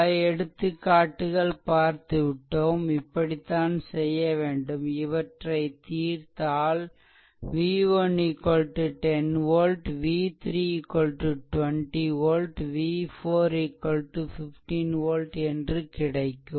பல எடுத்துக்காட்டுகள் பார்த்துவிட்டோம் இப்படித்தான் செய்ய வேண்டும் இவற்றை தீர்த்தால் v1 10 volt v3 20 volt v4 15 volt என்று கிடைக்கும்